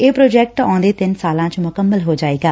ਇਹ ਪ੍ਰੋਜੈਕਟ ਆਉਦੇ ਤਿੰਨ ਸਾਲਾ ਚ ਮੁਕੰਮਲ ਹੋ ਜਾਵੇਗਾ